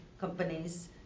companies